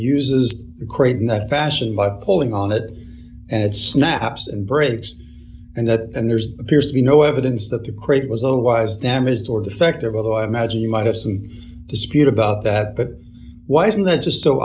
uses the crate in that fashion by pulling on it and snaps and bricks and that and there's appears to be no evidence that the crate was all was damaged or defective although i imagine you might have some dispute about that but why isn't that just so